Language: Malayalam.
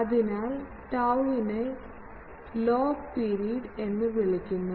അതിനാൽ tau വിനെ ലോഗ് പിരീഡ് എന്ന് വിളിക്കുന്നു